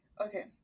Okay